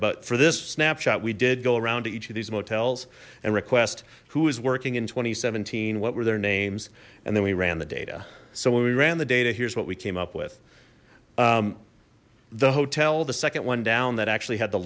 but for this snapshot we did go around to each of these motels and request who is working in two thousand and seventeen what were their names and then we ran the data so when we ran the data here's what we came up with the hotel the second one down that actually had the